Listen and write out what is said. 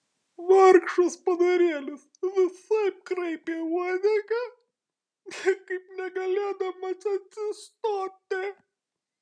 vargšas padarėlis visaip kraipė uodegą niekaip negalėdamas atsistoti